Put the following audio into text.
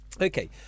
okay